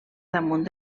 damunt